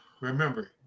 Remember